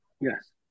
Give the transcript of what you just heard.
Yes